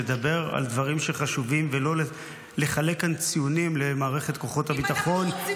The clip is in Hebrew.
לדבר על דברים שחשובים ולא לחלק כאן ציונים למערכת כוחות הביטחון,